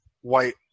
white